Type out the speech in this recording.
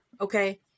okay